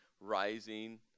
rising